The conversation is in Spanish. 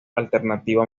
alternativo